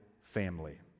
family